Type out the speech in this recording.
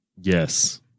Yes